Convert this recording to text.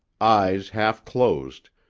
eyes half-closed,